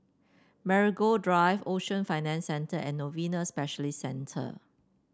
Marigold Drive Ocean Financial Centre and Novena Specialist Centre